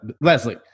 leslie